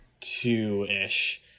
two-ish